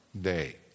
day